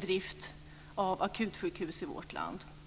drift av akutsjukhus i vårt land.